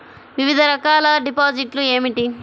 వివిధ రకాల డిపాజిట్లు ఏమిటీ?